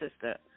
sister